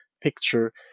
picture